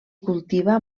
cultiva